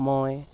মই